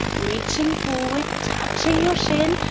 reaching forward touching your shin,